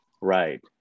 Right